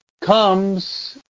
comes